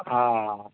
હા